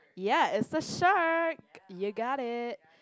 ya is a shark you got it